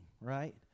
right